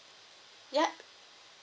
yup